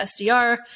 SDR